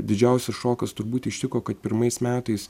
didžiausias šokas turbūt ištiko kad pirmais metais